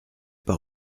par